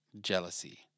jealousy